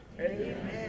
Amen